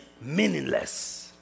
meaningless